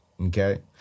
okay